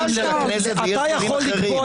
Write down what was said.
הכול טוב --- יש שלושה